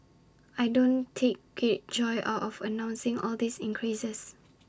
I don't take great joy out of announcing all these increases